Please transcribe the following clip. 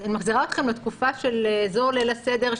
אני מחזירה אתכם לתקופה של אזור ליל הסדר,